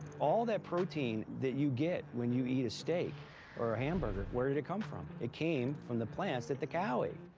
all that protein that you get when you eat a steak or a hamburger, where did it come from? it came from the plants that the cow ate.